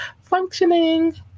functioning